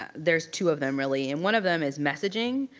ah there's two of them really. and one of them is messaging.